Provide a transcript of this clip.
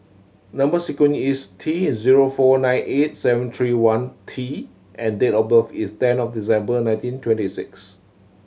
number sequence is T zero four nine eight seven three one T and date of birth is ten of December nineteen twenty six